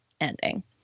ending